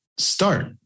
Start